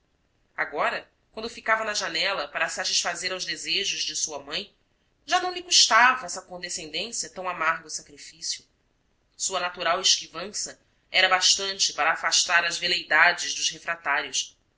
agora quando ficava na janela para satisfazer aos desejos de sua mãe já não lhe custava essa condescendência tão amargo sacrifício sua natural esquivança era bastante para afastar as veleidades dos refratários